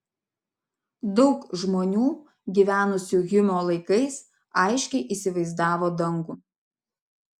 daug žmonių gyvenusių hjumo laikais aiškiai įsivaizdavo dangų